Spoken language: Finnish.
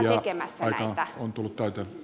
ja aika on tullut täyteen